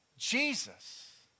Jesus